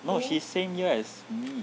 no she same year as me